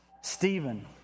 Stephen